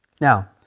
Now